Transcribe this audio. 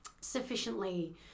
sufficiently